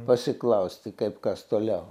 pasiklausti kaip kas toliau